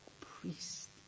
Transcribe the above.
priest